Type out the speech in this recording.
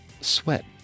Sweat